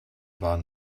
war